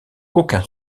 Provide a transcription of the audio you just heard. aucun